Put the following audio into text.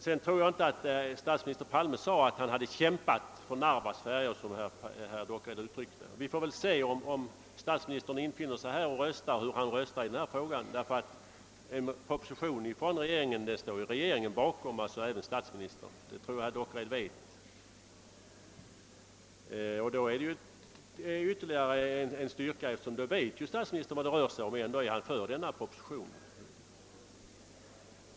Jag tror fortfarande inte att statsministern, såsom herr Dockered sade, har kämpat för Narvas färger. Vi får väl se hur statsministern röstar i denna fråga, om han infinner sig till voteringen. Bakom en proposition från regeringen står ju alla dess ledamöter, alltså även statsministern. Det tror jag att herr Dockered känner till. Det är då ytterligare ett tecken på styrkan i min uppfattning, eftersom statsministern både vet vad det rör sig om och stöder propositionen.